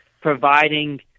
providing